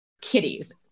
kitties